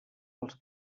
els